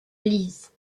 lise